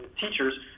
teachers